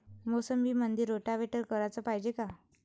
मोसंबीमंदी रोटावेटर कराच पायजे का?